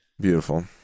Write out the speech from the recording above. Beautiful